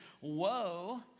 Woe